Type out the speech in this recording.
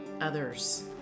others